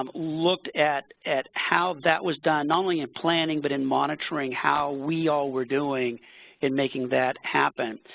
um looked at at how that was done, not only in planning, but in monitoring how we all were doing in making that happen.